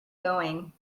going